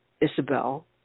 Isabel